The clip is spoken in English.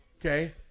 okay